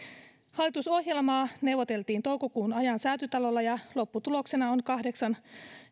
hallitusohjelmaa neuvoteltiin toukokuun ajan säätytalolla ja lopputuloksena on kahdeksan